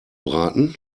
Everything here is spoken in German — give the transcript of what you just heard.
braten